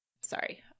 Sorry